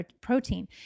protein